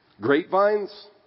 Grapevines